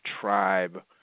tribe